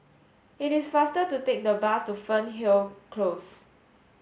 it is faster to take the bus to Fernhill Close